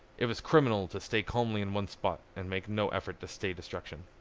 it was criminal to stay calmly in one spot and make no effort to stay destruction.